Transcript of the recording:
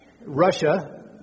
Russia